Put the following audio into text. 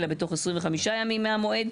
אלא בתוך 25 ימים מהמועד.